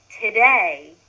today